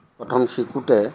প্ৰথম শিকোঁতে